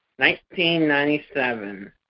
1997